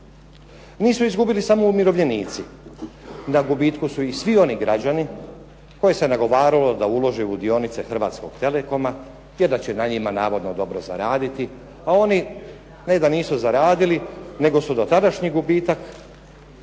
Nisu izgubili samo umirovljenici. Na gubitku su i svi oni građani koje se nagovaralo da ulože u dionice Hrvatskog Telekoma te da će na njima navodno dobro zaraditi a oni ne da nisu zaradili nego su dotadašnji gubitak